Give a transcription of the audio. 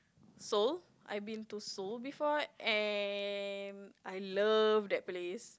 Seoul I've been to Seoul before and I love that place